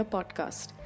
Podcast